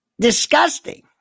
disgusting